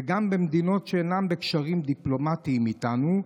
וגם במדינות שאינן בקשרים דיפלומטיים איתנו.